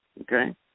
Okay